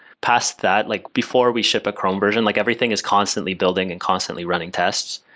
past that, like before we ship a chrome version, like everything is constantly building and constantly running tests,